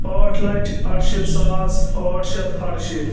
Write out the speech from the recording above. ٲٹھ لچھ اَرشیٖتھ ساس ٲٹھ شیٚتھ اَرشیٖتھ